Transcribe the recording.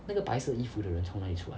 那个白色衣服的人从哪里出来